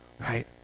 Right